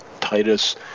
Titus